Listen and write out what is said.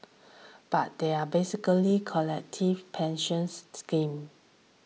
but they are basically collective pensions scheme